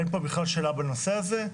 אין פה בכלל שאלה בנושא הזה.